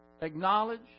acknowledge